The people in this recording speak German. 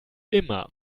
immer